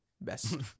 best